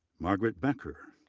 margaret becker,